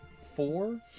four